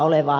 ihmettelen